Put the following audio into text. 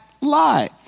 lie